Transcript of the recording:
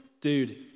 dude